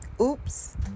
oops